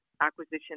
acquisition